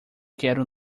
quero